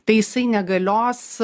tai jisai negalios